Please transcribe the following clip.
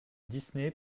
disney